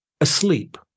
asleep